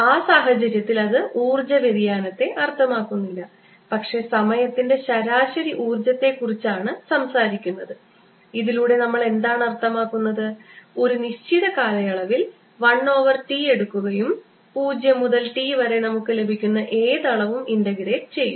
ആ സാഹചര്യത്തിൽ അത് ഊർജ്ജ വ്യതിയാനത്തെ അർത്ഥമാക്കുന്നില്ല പക്ഷേ സമയത്തിൻറെ ശരാശരി ഊർജ്ജർജ്ജത്തെക്കുറിച്ചാണ് സംസാരിക്കുന്നത് ഇതിലൂടെ നമ്മൾ എന്താണ് അർത്ഥമാക്കുന്നത് ഒരു നിശ്ചിത കാലയളവിൽ 1 ഓവർ T എടുക്കുകയും 0 മുതൽ T വരെ നമുക്ക് ലഭിക്കുന്ന ഏത് അളവും ഇൻ്റഗ്രേറ്റ് ചെയ്യും